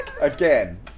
Again